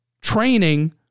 training